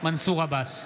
מנסור עבאס,